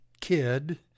kid